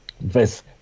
verse